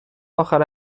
آخر